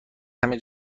همه